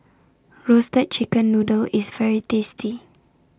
Roasted Chicken Noodle IS very tasty